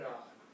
God